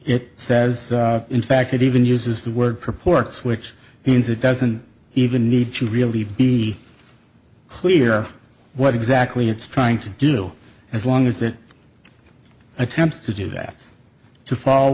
it says in fact it even uses the word purports which means it doesn't even need to really be clear what exactly it's trying to do as long as it attempts to do that to fall